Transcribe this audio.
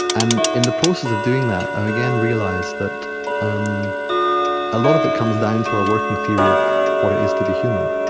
and in the process of doing that, i've again realized that um a lot of it comes down to our working theory of what it is to be human.